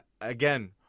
again